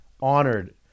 honored